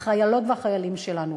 החיילות והחיילים שלנו.